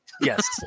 Yes